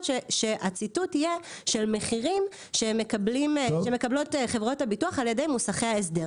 שהציטוט יהיה של מחירים שמקבלות חברות הביטוח על ידי מוסכי ההסדר.